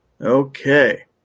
Okay